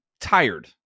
tired